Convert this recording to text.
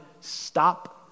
stop